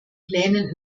plänen